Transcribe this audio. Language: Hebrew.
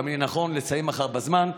ויהיה ראוי לסיים מחר בזמן,